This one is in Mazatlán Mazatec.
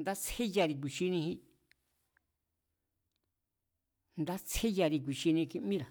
ndatsjeyari̱ kuichiniji. Ndatsjéyari̱ ku̱i̱chiniji kimíra̱